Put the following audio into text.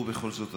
ובכל זאת,